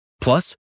Plus